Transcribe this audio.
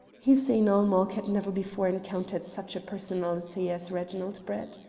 hussein-ul-mulk had never before encountered such a personality as reginald brett.